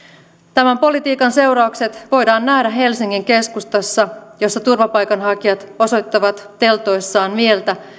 tämän politiikan seuraukset voidaan nähdä helsingin keskustassa jossa turvapaikanhakijat osoittavat teltoissaan mieltä